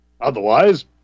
Otherwise